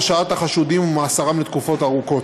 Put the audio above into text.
הרשעת החשודים ומאסרם לתקופות ארוכות.